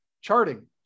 charting